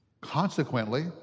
Consequently